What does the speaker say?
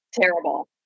terrible